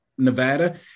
Nevada